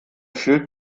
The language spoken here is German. schild